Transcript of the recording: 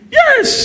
yes